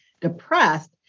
depressed